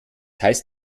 heißt